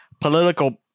political